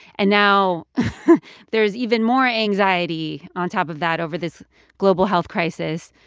and now there's even more anxiety on top of that over this global health crisis.